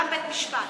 גם בית-משפט.